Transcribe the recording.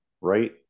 right